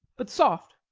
but, soft,